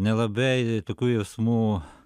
nelabai tokių jausmų